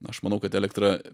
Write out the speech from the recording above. aš manau kad elektra